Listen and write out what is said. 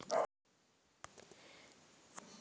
Check ಬರೆದು NEFT ಮಾಡಿ ಹಣ ಟ್ರಾನ್ಸ್ಫರ್ ಮಾಡಬಹುದು?